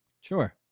Sure